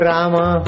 Rama